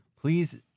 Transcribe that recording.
Please